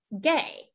gay